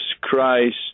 Christ